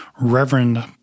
Reverend